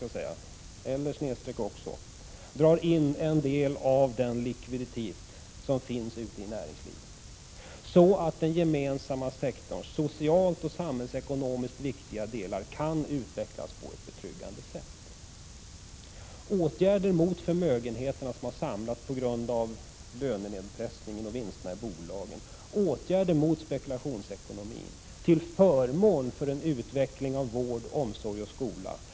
Man kan alternativt också dra in en del av den likviditet som finns i näringslivet, så att socialt och samhällsekonomiskt viktiga delar av den gemensamma sektorn kan utvecklas på ett betryggande sätt. Åtgärder mot förmögenheter som har samlats tack vare nedpressningen av lönerna och vinsterna i bolagen och åtgärder mot spekulationsekonomin till förmån för en utveckling av vård, omsorg och skola bör vidtas.